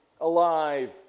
alive